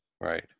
right